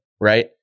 right